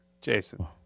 Jason